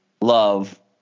love